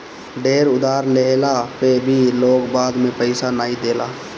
ढेर उधार लेहला पअ भी लोग बाद में पईसा नाइ देला